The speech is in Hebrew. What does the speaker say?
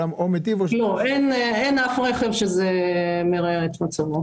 לא, אין אף רכב שזה מרע את מצבו.